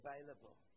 available